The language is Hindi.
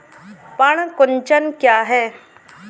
पर्ण कुंचन क्या है?